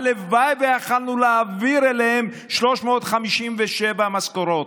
הלוואי ויכולנו להעביר אליהם 357 משכורות,